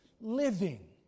living